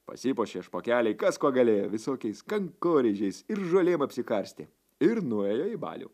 pasipuošė špokeliai kas kuo galėjo visokiais kankorėžiais ir žolėm apsikarstė ir nuėjo į balių